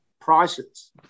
prices